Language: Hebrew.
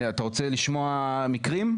אתה רוצה לשמוע מקרים?